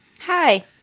Hi